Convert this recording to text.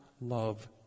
love